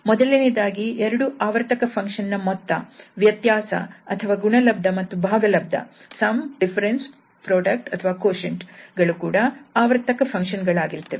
ಮೊದಲನೆಯದಾಗಿ ಎರಡು ಆವರ್ತಕ ಫಂಕ್ಷನ್ ಗಳ ಮೊತ್ತ ವ್ಯತ್ಯಾಸ ಹಾಗೂ ಗುಣಲಬ್ಧ ಮತ್ತು ಭಾಗಲಬ್ಧ ಗಳು ಕೂಡ ಆವರ್ತಕ ಫಂಕ್ಷನ್ ಗಳಾಗಿರುತ್ತವೆ